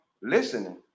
listening